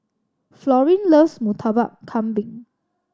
Florine loves Murtabak Kambing